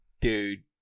dude